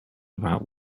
about